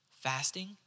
fasting